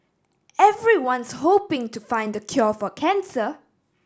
everyone's hoping to find the cure for cancer